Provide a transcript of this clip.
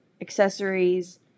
accessories